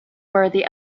worthy